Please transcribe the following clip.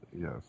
Yes